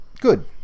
Good